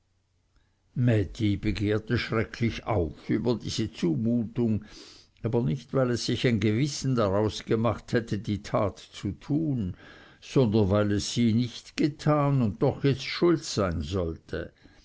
mädi begehrte schrecklich auf über diese zumutung aber nicht weil es sich ein gewissen daraus gemacht hätte die tat zu tun sondern weil es sie nicht getan und doch jetzt schuld sein sollte